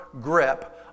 grip